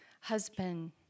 husband